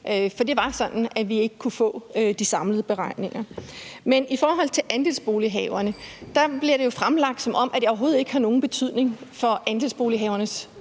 for det var sådan, at vi ikke kunne få de samlede beregninger. Men i forhold til andelsbolighaverne bliver det jo fremlagt, som om det overhovedet ikke har nogen betydning for andelsboligernes